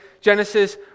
Genesis